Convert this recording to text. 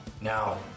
Now